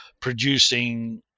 producing